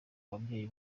babyeyi